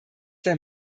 der